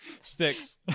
Sticks